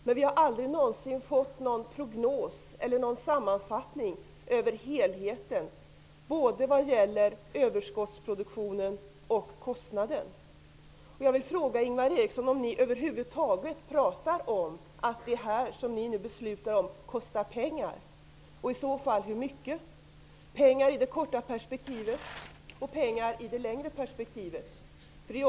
Men det har aldrig någonsin kommit någon sammanfattning av helheten vare sig när det gäller överskottsproduktionen eller kostnaden. Jag vill fråga Ingvar Eriksson om ni över huvud taget pratar om att det som ni nu beslutar kostar pengar, och i så fall hur mycket det kostar i det korta perspektivet och i det längre perspektivet.